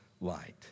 light